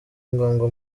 ngombwa